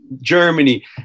Germany